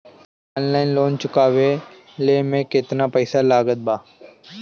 Online loan चुकवले मे केतना पईसा लागत बा?